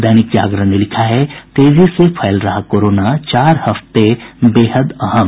दैनिक जागरण ने लिखा है तेजी से फैल रहा कोरोना चार हफ्ते बेहद अहम